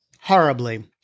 horribly